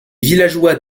villageois